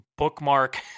bookmark